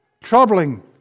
troubling